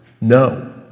no